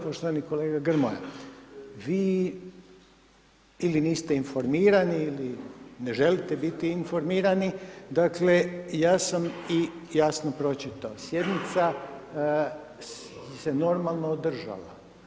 Poštovani kolega Grmoja, vi ili niste informirani ili ne želite biti informirani, dakle ja sam i jasno pročitao sjednica se normalno održala.